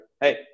hey